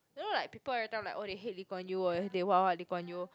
you know like people every time oh like they hate Lee Kuan Yew or they what what Lee Kuan Yew